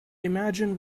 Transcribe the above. imagine